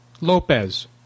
Lopez